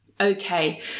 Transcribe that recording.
okay